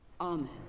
amen